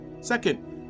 Second